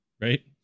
Right